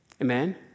Amen